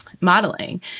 modeling